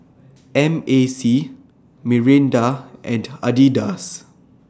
M A C Mirinda and Adidas